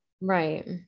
right